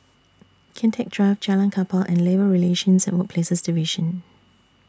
Kian Teck Drive Jalan Kapal and Labour Relations and Workplaces Division